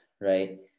right